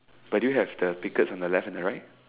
do you have the piglet at the left and the right